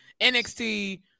NXT